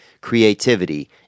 creativity